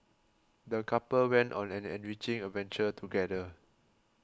the couple went on an enriching adventure together